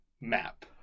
map